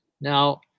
Now